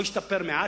או השתפר מעט,